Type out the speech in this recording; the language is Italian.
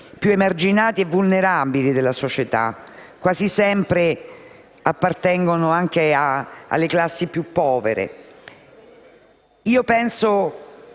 più emarginati e vulnerabili della società: quasi sempre appartengono alle classi più povere. Per